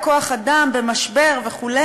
כוח-האדם במשבר וכו'.